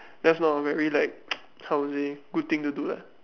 that's not a very like how to say good thing to do lah